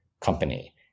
company